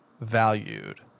valued